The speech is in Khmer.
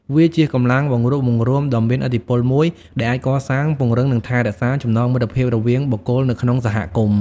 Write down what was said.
វាជាកម្លាំងបង្រួបបង្រួមដ៏មានឥទ្ធិពលមួយ ដែលអាចកសាង ពង្រឹង និងថែរក្សាចំណងមិត្តភាពរវាងបុគ្គលនៅក្នុងសហគមន៍។